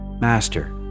Master